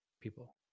people